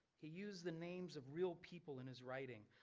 he used the names of real people in his writing,